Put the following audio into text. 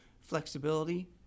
flexibility